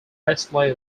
lesley